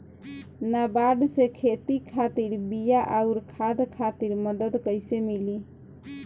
नाबार्ड से खेती खातिर बीया आउर खाद खातिर मदद कइसे मिली?